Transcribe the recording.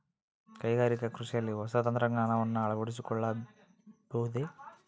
ಕೈಗಾರಿಕಾ ಕೃಷಿಯಲ್ಲಿ ಹೊಸ ತಂತ್ರಜ್ಞಾನವನ್ನ ಅಳವಡಿಸಿಕೊಳ್ಳಬಹುದೇ?